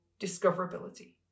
discoverability